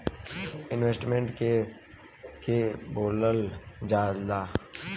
Investment के के बोलल जा ला?